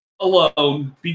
alone